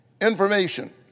information